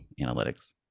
Analytics